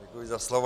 Děkuji za slovo.